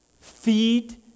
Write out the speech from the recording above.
Feed